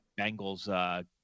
Bengals